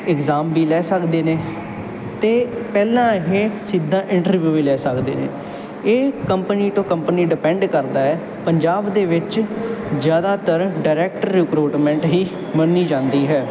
exam ਵੀ ਲੈ ਸਕਦੇ ਨੇ ਅਤੇ ਪਹਿਲਾਂ ਇਹ ਸਿੱਧਾ ਇੰਟਰਵਿਊ ਵੀ ਲੈ ਸਕਦੇ ਨੇ ਇਹ ਕੰਪਨੀ ਟੂ ਕੰਪਨੀ ਡਿਪੈਂਡ ਕਰਦਾ ਹੈ ਪੰਜਾਬ ਦੇ ਵਿੱਚ ਜ਼ਿਆਦਾਤਰ ਡਾਇਰੈਕਟ ਰਿਕਰੂਟਮੈਂਟ ਹੀ ਮੰਨੀ ਜਾਂਦੀ ਹੈ